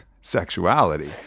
Sexuality